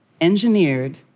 engineered